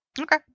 Okay